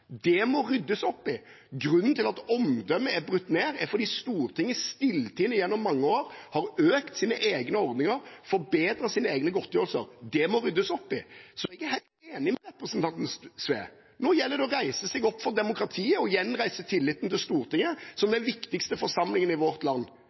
Det må ryddes opp i. Grunnen til at omdømmet er brutt ned, er at Stortinget stilltiende gjennom mange år har økt sine egne ordninger, forbedret sine egne godtgjørelser. Det må ryddes opp i. Så jeg er helt enig med representanten Sve: Nå gjelder det å reise seg opp for demokratiet og gjenreise tilliten til Stortinget som